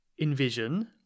envision